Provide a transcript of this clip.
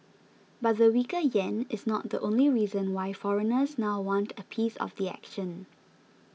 but the weaker yen is not the only reason why foreigners now want a piece of the action